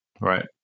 Right